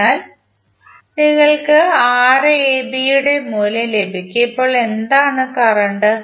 അതിനാൽ നിങ്ങൾക്ക് Rab യുടെ മൂല്യം ലഭിക്കും ഇപ്പോൾ എന്താണ് കറന്റ്